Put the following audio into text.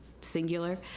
singular